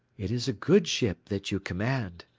it is a good ship that you command,